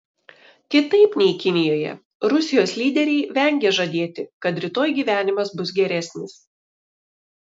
kitaip nei kinijoje rusijos lyderiai vengia žadėti kad rytoj gyvenimas bus geresnis